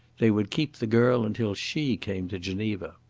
they would keep the girl until she came to geneva.